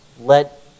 let